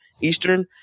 Eastern